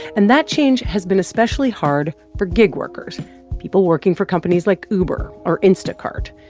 and that change has been especially hard for gig workers people working for companies like uber or instacart.